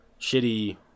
shitty